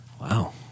Wow